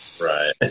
Right